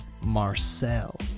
Marcel